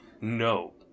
No